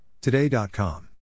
today.com